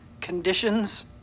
conditions